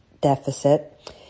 deficit